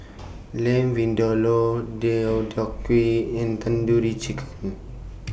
Lam Vindaloo Deodeok Gui and Tandoori Chicken